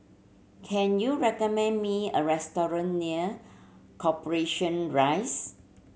can you recommend me a restaurant near Corporation Rise